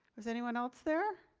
was anyone else there?